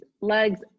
legs